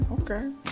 okay